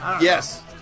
Yes